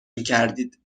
میکردید